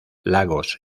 lagos